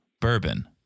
bourbon